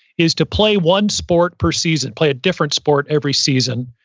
is to play one sport per season. play a different sport every season,